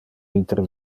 inter